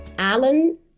Alan